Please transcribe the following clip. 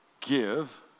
give